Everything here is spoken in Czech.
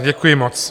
Děkuji moc.